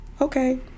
Okay